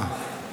מה מה?